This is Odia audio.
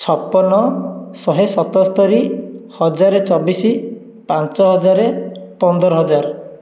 ଛପନ ଶହେ ସତସ୍ତରୀ ହଜାର ଚବିଶ ପାଞ୍ଚ ହଜାର ପନ୍ଦର ହଜାର